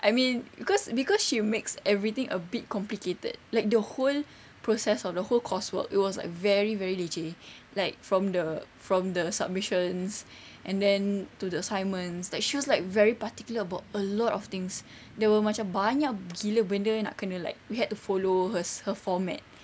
I mean cause cause she makes everything a bit complicated like the whole process of the whole coursework it was like very very leceh like from the from the submissions and then to the assignments like she was like very particular about a lot of things they were macam banyak gila benda nak kena like we had to follow hers her format